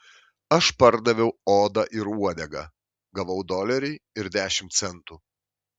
aš pardaviau odą ir uodegą gavau dolerį ir dešimt centų